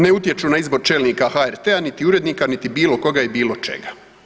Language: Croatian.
Ne utječu na izbor čelnika HRT-a niti urednika i bilo koga i bilo čega.